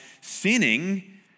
sinning